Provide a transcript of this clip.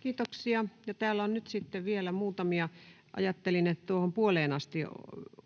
Kiitoksia. — Täällä on nyt vielä muutamia. Ajattelin, että tuohon puoleen asti